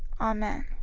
amen.